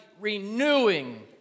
renewing